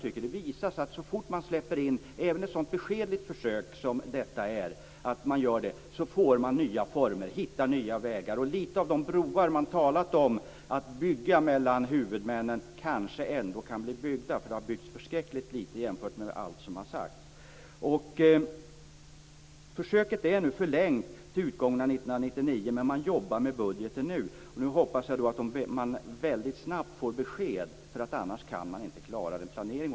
Det visar sig så fort man släpper fram försök, och även ett så beskedligt försök som detta, att man får nya former och hittar nya vägar. Några av de broar som man har talat om att bygga mellan huvudmännen kanske kan bli byggda - det har byggts förskräckligt lite jämfört med allt vad som har sagts. Försöket är förlängt till utgången av 1999, men man jobbar med budgeten nu. Jag hoppas att man väldigt snart får besked, därför att annars kan man inte klara planeringen.